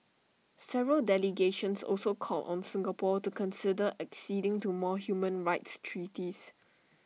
several delegations also called on Singapore to consider acceding to more human rights treaties